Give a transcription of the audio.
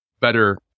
better